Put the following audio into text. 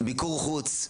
מיקור חוץ,